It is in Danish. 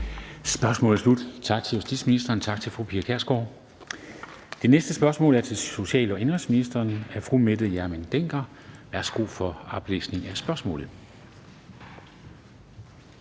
Spørgsmålet er slut. Tak til justitsministeren, tak til fru Pia Kjærsgaard. Det næste spørgsmål er til social- og indenrigsministeren af fru Mette Hjermind Dencker. Kl. 13:07 Spm.